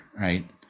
right